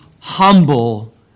humble